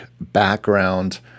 background